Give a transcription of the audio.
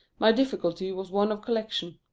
my difficulty was one of collection.